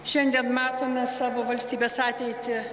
šiandien matome savo valstybės ateitį